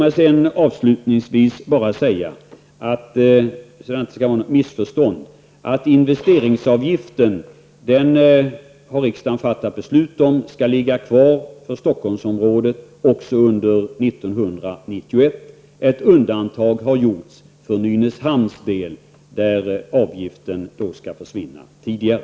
Låt mig avslutningsvis säga -- för att det inte skall råda något missförstånd -- att riksdagen har fattat beslut om att investeringsavgiften skall ligga kvar beträffande Stockholmsområdet under 1991. Ett undantag har gjorts för Nynäshamns del. Där skall avgiften försvinna tidigare.